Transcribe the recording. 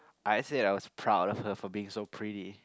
I actually I was proud of her for being so pretty